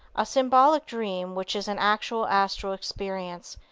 a symbolic dream, which is an actual astral experience,